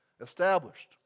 established